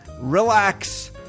relax